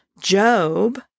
Job